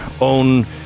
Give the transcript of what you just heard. own